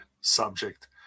subject